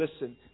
listen